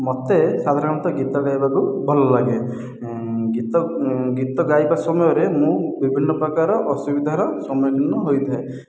ମୋତେ ସାଧାରଣତଃ ଗୀତ ଗାଇବାକୁ ଭଲଲାଗେ ଗୀତ ଗୀତ ଗାଇବା ସମୟରେ ମୁଁ ବିଭିନ୍ନ ପ୍ରକାର ଅସୁବିଧାର ସମ୍ମୁଖୀନ ହୋଇଥାଏ